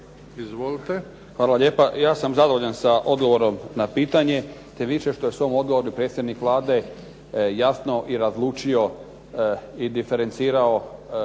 Hvala lijepa. Ja sam zadovoljan odgovorom na pitanje, tim više što je sa ovim odgovorom predsjednik Vlade jasno i razlučio i diferencirao